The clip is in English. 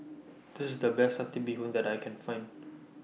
This IS The Best Satay Bee Hoon that I Can Find